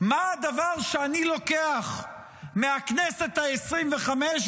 מה הדבר שאני לוקח מהכנסת העשרים-וחמש,